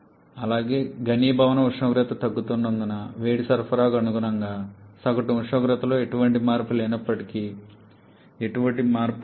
అలాగే ఘనీభవన ఉష్ణోగ్రత తగ్గుతున్నందున వేడి సరఫరాకు అనుగుణంగా సగటు ఉష్ణోగ్రతలో ఎటువంటి మార్పు లేనప్పటికీ ఎటువంటి మార్పు ఉండదు